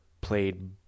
played